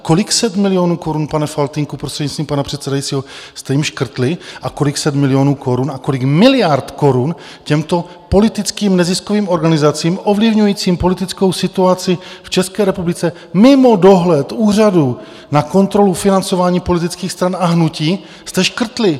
Kolik set milionů korun, pane Faltýnku, prostřednictvím pana předsedajícího, jste jim škrtli, a kolik set milionů korun a kolik miliard korun těmto politickým neziskovým organizacím ovlivňujícím politickou situaci v České republice mimo dohled Úřadu na kontrolu financování politických stran a hnutí jste škrtli?